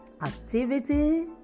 Activity